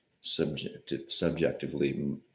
subjectively